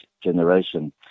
generation